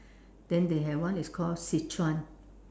then they have one is called Sichuan